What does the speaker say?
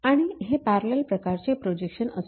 आणि हे पॅरलल प्रकारचे प्रोजेक्शन असते